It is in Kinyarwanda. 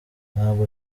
ntabwo